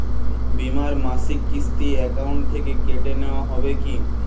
বিমার মাসিক কিস্তি অ্যাকাউন্ট থেকে কেটে নেওয়া হবে কি?